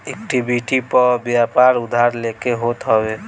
equity पअ व्यापार उधार लेके होत हवे